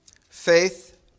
Faith